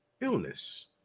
illness